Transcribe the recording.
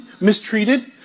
mistreated